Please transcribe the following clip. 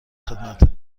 خدمت